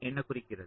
என்னகுறிக்கிறது